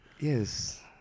Yes